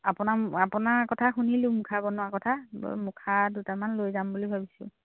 আপোনাৰ আপোনাৰ কথা শুনিলোঁ মুখা বনোৱাৰ কথা বাৰু মুখা দুটামান লৈ যাম বুলি ভাবিছোঁ